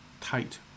tight